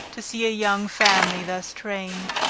to see a young family thus trained.